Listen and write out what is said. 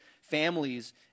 families